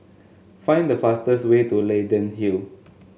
find the fastest way to Leyden Hill